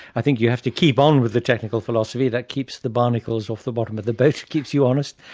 i think you have to keep on with the technical philosophy, that keeps the barnacles off the bottom of the boat, it keeps you honest,